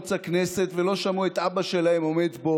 ערוץ הכנסת ולא שמעו את אבא שלהם עומד פה